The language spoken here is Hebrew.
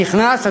אתה נכנס,